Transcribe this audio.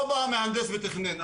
לא בא מהנדס ותכנן.